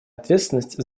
ответственность